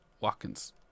Watkins